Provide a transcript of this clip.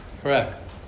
Correct